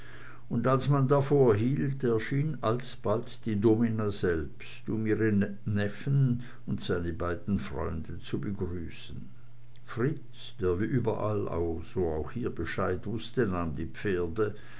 und als man davor hielt erschien alsbald die domina selbst um ihren neffen und seine beiden freunde zu begrüßen fritz der wie überall so auch hier bescheid wußte nahm die pferde